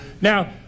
Now